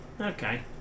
okay